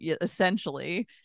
essentially